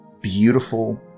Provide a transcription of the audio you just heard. beautiful